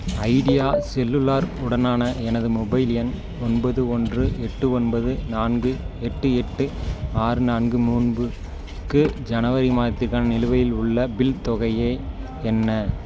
idea cellular உடனான எனது mobile எண் ஒன்பது ஒன்று எட்டு ஒன்பது நான்கு எட்டு எட்டு ஆறு நான்கு மூன்றுக்கு ஜனவரி மாதத்திற்கான நிலுவையில் உள்ள பில் தொகையே என்ன